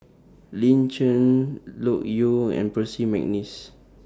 Lin Chen Loke Yew and Percy Mcneice